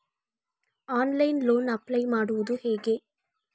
Online loan apply ಮಾಡುವುದು ಹೇಗೆ?